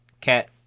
Cat